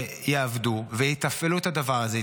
שיעבדו ויתפעלו את הדבר הזה,